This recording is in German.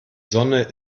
sonne